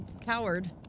Coward